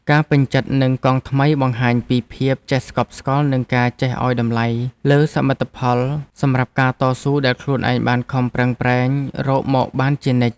ការពេញចិត្តនឹងកង់ថ្មីបង្ហាញពីភាពចេះស្កប់ស្កល់និងការចេះឱ្យតម្លៃលើសមិទ្ធផលសម្រាប់ការតស៊ូដែលខ្លួនឯងបានខំប្រឹងប្រែងរកមកបានជានិច្ច។